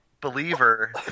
believer